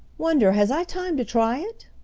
wonder has i time to try it?